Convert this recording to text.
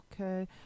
okay